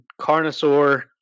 Carnosaur